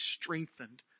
strengthened